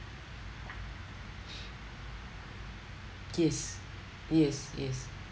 yes yes yes